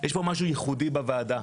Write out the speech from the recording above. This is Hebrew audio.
יש פה משהו ייחודי בוועדה.